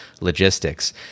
logistics